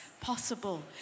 possible